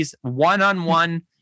one-on-one